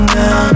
now